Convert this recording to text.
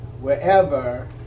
wherever